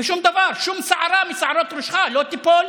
ושום דבר, שום שערה משערות ראשך לא תיפול.